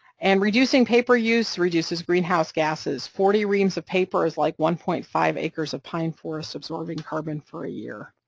and reducing paper use reduces greenhouse gases, forty reams of paper is like one point five acres of pine forests absorbing carbon for a year.